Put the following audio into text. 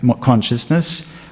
consciousness